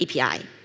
API